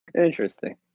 Interesting